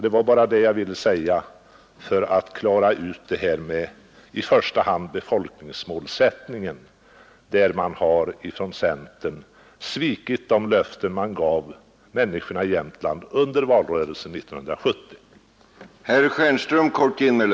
Det var bara det jag ville säga för att i första hand klara ut frågan om befolkningsmålsättningen, där man från centerns sida svikit de löften man gav människorna i Jämtland under valrörelsen 1970.